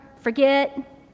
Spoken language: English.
forget